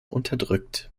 unterdrückt